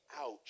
ouch